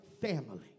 family